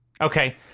Okay